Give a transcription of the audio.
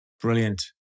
Brilliant